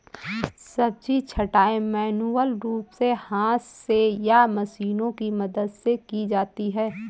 सब्जी छँटाई मैन्युअल रूप से हाथ से या मशीनों की मदद से की जाती है